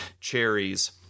cherries